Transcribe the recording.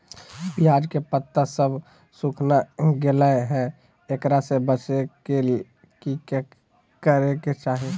प्याज के पत्ता सब सुखना गेलै हैं, एकरा से बचाबे ले की करेके चाही?